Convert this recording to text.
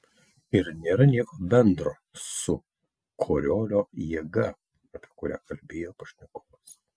ir nėra nieko bendro su koriolio jėga apie kurią kalbėjo pašnekovas